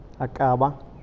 Acaba